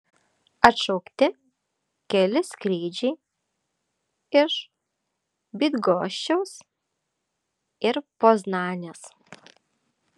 atšaukti keli skrydžiai iš bydgoščiaus ir poznanės